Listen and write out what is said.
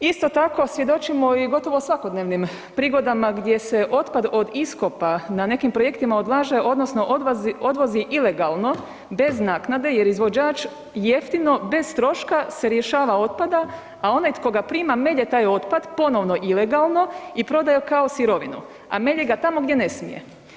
Isto tako svjedočimo i gotovo svakodnevnim prigodama gdje se otpad od iskopa na nekim projektima odlaže odnosno odvozi ilegalno bez naknade jer izvođač jeftino bez troška se rješava otpada, a onaj tko ga prima melje taj otpad ponovno ilegalno i prodaje ga kao sirovinu, a melje ga tamo gdje ne smije.